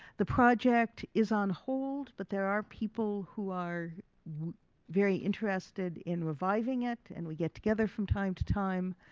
the project is on hold, but there are people who are very interested in reviving it, and we get together from time to time.